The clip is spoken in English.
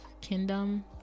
kingdom